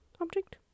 object